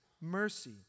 mercy